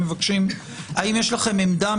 האם יש לכם עמדה?